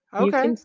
Okay